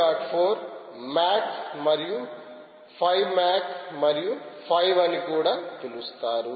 4 Mach మరియు 5 Mach మరియు 5 అని కూడా పిలుస్తారు